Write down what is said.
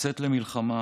לצאת למלחמה,